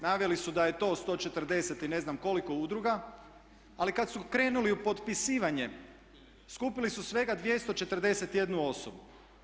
Naveli su da je to 140 i ne znam koliko udruga, ali kad su krenuli u potpisivanje skupili su svega 241 osobu.